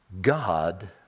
God